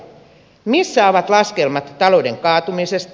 missä ovat laskelmat talouden kaatumisesta